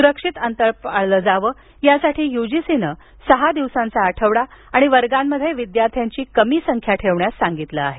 सुरक्षित अंतर पाळलं जावं यासाठी युजीसीनं सहा दिवसांचा आठवडा आणि वर्गांमध्ये विद्यार्थ्यांची कमी संख्या ठेवण्यास सांगितलं आहे